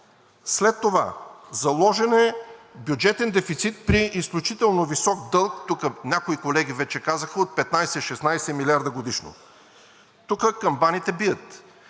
След това. Заложен е бюджетен дефицит при изключително висок дълг – тук някои колеги вече казаха, от 15 – 16 милиарда годишно. Тук камбаните бият,